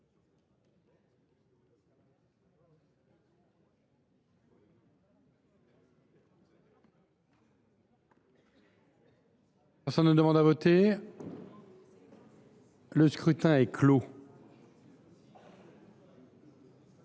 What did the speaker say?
Personne ne demande plus à voter ?… Le scrutin est clos.